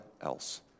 else